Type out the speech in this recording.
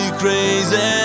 crazy